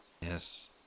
Yes